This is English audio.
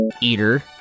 Eater